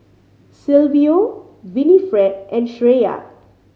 Silvio Winnifred and Shreya